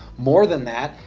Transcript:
more than that,